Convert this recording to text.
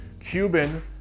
Cuban